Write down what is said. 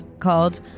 called